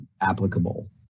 applicable